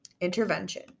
Intervention